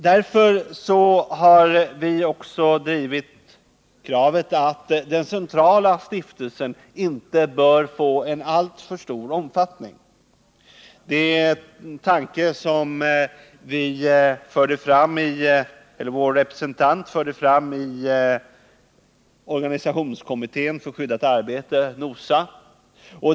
Därför har vi också drivit kravet att den centrala stiftelsen inte bör få en alltför stor omfattning. Det är en tanke som vår representant för fram i organisationskommittén för skyddat arbete, NOSA.